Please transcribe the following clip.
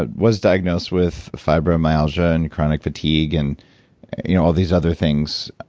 but was diagnosed with fibromyalgia and chronic fatigue and you know all these other things.